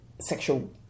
sexual